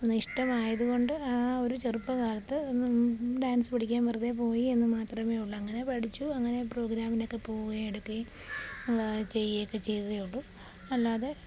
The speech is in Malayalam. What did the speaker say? അന്ന് ഇഷ്ടമായതുകൊണ്ട് ആ ഒരു ചെറുപ്പകാലത്ത് ഡാൻസ് പഠിക്കാൻ വെറുതെ പോയി എന്നു മാത്രമേയുള്ളൂ അങ്ങനെ പഠിച്ചു അങ്ങനെ പ്രോഗ്രാമിനൊക്കെ പോകുകയും എടുക്കുകയും ചെയ്യുകയും ഒക്കെ ചെയ്തതേയുള്ളൂ അല്ലാതെ